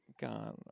God